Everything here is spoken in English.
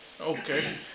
Okay